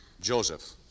Joseph